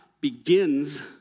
begins